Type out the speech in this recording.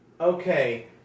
okay